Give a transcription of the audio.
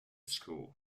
school